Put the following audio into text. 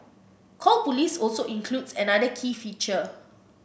call police also includes another key feature